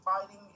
fighting